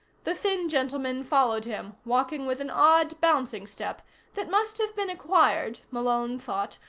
the thin gentleman followed him, walking with an odd bouncing step that must have been acquired, malone thought,